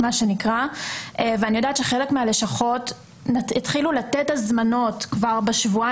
ואני יודעת שחלק מהלשכות התחילו לתת הזמנות כבר בחודש